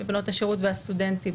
בנות השירות והסטודנטים.